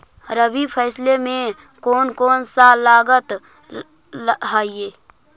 रबी फैसले मे कोन कोन सा लगता हाइय?